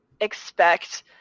expect